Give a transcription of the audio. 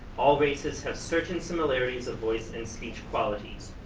all races have certain similarities of voice and speech qualities.